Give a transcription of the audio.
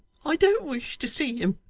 i don't wish to see him.